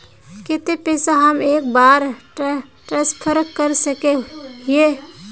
केते पैसा हम एक बार ट्रांसफर कर सके हीये?